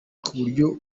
kubyo